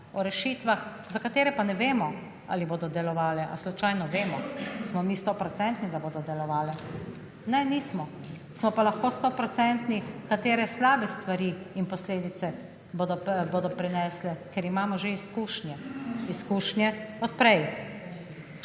o rešitvah, za katere pa ne vemo ali bodo delovale ali slučajno vemo ali smo mi 100 %, da bodo delovale? Ne, nismo. Smo pa lahko 100 % katere slabe stvari in posledice bodo prinesle, ker imamo že izkušnje, izkušnje od prej.